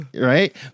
Right